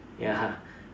ya